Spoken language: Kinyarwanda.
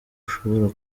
ishobora